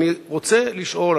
אני רוצה לשאול,